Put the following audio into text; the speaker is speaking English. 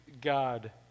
God